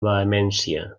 vehemència